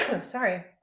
sorry